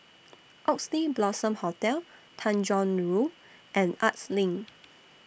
Oxley Blossom Hotel Tanjong Rhu and Arts LINK